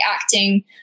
acting